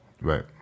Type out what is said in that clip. Right